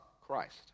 Christ